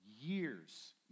Years